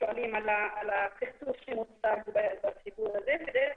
שואלים על הסכסוך שנוצר בסיפור הזה ודרך